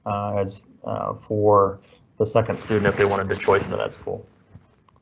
as for the second student, if they wanted to join him and at school.